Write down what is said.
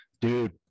dude